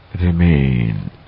remain